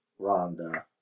Rhonda